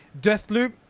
Deathloop